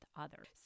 others